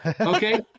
okay